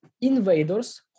invaders